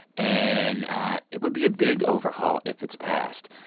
and it would be a big overhaul if it's passed.